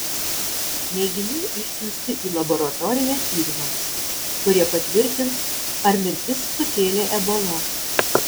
mėginiai išsiųsti į laboratoriją tyrimams kurie patvirtins ar mirtis sukėlė ebola